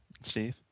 Steve